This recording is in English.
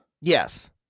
Yes